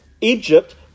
Egypt